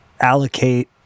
Allocate